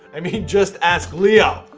i mean just ask leo,